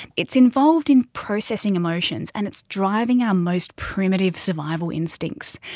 it's involved in processing emotions and it's driving our most primitive survival instincts.